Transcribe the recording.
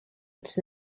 its